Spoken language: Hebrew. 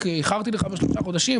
איחרתי לך בשלושה חודשים,